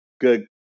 good